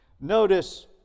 Notice